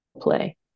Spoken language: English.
play